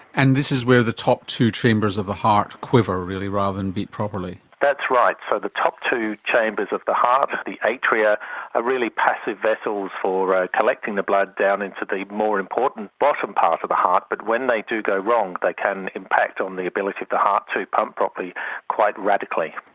and this is where the top two chambers of the heart quiver really rather than beat properly. that's right. so the top two chambers of the heart, the atria, are really passive vessels for ah collecting the blood down into the more important bottom part of the heart, but when they do go wrong they can impact on the ability of the heart to pump properly quite radically.